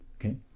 okay